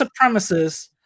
supremacists